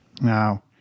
Now